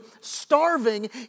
starving